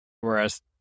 Whereas